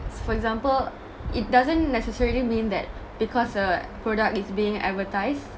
for example it doesn't necessarily mean that because a product is being advertised